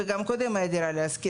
וגם קודם היה מכרז של דירה להשכיר.